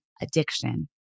Addiction